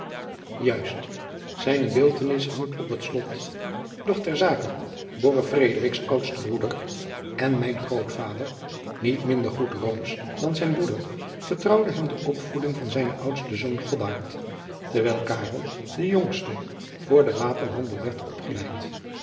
juist zijne beeldtenis hangt op het slot doch ter zake borre frederiks oudste broeder en mijn grootvader niet minder goed roomsch dan zijn broeder vertrouwde hem de opvoeding van zijnen oudsten zoon godard terwijl karel de jongste voor den wapenhandel werd opgeleid